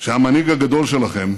שהמנהיג הגדול שלכם,